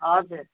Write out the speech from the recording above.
हजुर